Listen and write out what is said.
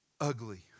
ugly